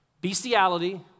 bestiality